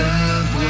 Love